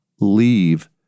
leave